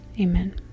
Amen